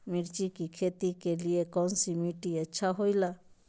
मिर्च की खेती के लिए कौन सी मिट्टी अच्छी होईला?